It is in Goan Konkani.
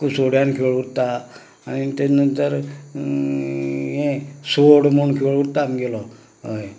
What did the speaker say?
कुसोड्यान खेळ उरता आनी ताचे नंतर हें सोड म्हूण खेळ उरता आमचो हय